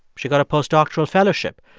she got a postdoctoral fellowship.